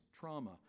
trauma